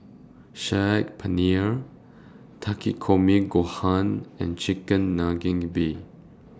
Saag Paneer Takikomi Gohan and Chigenabe